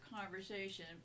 conversation